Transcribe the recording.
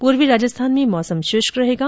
पूर्वी राजस्थान में मौसम शुष्क रहेगा